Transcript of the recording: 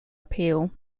appeal